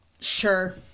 sure